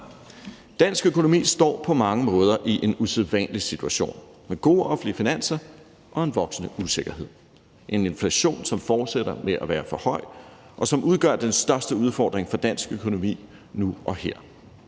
Dansk økonomi står på mange måder i en usædvanlig situation med gode offentlige finanser og en voksende usikkerhed. Der er en inflation, som fortsætter med at være for høj, og som udgør den største udfordring for dansk økonomi nu og her.